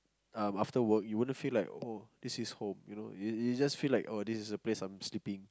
um after work you wouldn't feel like oh this is home you know you would just feel like this is a place I'm sleeping